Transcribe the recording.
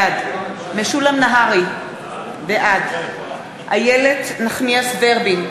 בעד משולם נהרי, בעד איילת נחמיאס ורבין,